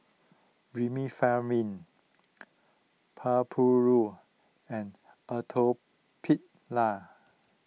Remifemin and Atopiclair